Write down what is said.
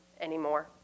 anymore